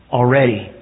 already